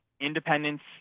independence